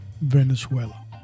Venezuela